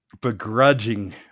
Begrudging